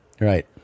Right